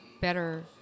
better